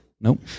Nope